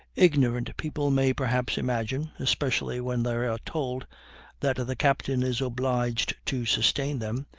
ignorant people may perhaps imagine, especially when they are told that the captain is obliged to sustain them,